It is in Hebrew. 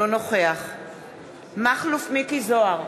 אינו נוכח מכלוף מיקי זוהר,